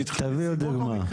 תנו דוגמה.